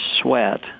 sweat